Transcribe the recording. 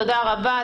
תודה רבה.